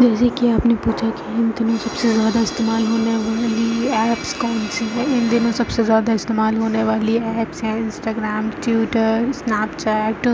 جیسے کہ آپ نے پوچھا کہ ان دنوں سب سے زیادہ استعمال ہونے والی ایپس کون سی ہے ان دنوں سب سے زیادہ استعمال ہونے والی ایپس ہے انسٹاگرام ٹیوٹر اسنیپ چیٹ